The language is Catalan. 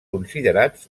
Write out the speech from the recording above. considerats